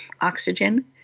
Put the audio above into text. oxygen